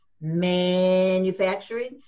manufacturing